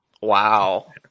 Wow